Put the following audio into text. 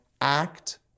act